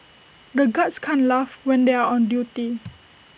the guards can't laugh when they are on duty